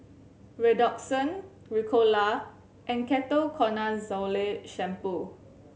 Redoxon Ricola and Ketoconazole Shampoo